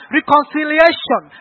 reconciliation